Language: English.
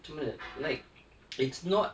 macam mana like it's not